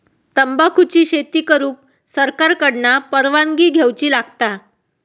तंबाखुची शेती करुक सरकार कडना परवानगी घेवची लागता